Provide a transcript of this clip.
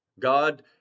God